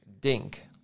Dink